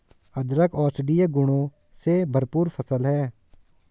अदरक औषधीय गुणों से भरपूर फसल है